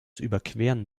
überqueren